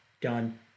done